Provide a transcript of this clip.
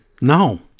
No